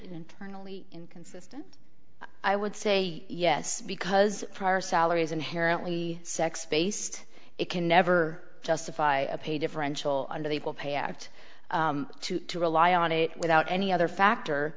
internally inconsistent i would say yes because prior salary is inherently sex based it can never justify a pay differential under the equal pay act to rely on it without any other factor